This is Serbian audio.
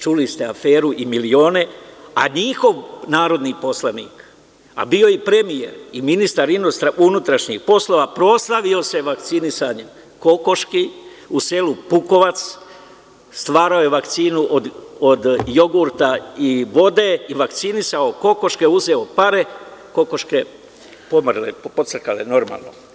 Čuli ste aferu i milione, a njihov narodni poslanik, a bio je i premijer i ministar unutrašnjih poslova, proslavio se vakcinisanjem kokoški u selu Pukovac, stvarao je vakcinu od jogurta i vode i vakcinisao kokoške, uzeo pare, kokoške pomrle, pocrkale, normalno.